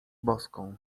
boską